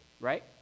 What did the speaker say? right